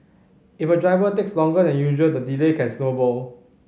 if a driver takes longer than usual the delay can snowball